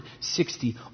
sixty